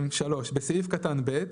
"(3)בסעיף קטן (ב),